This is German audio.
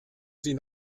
sie